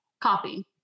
copy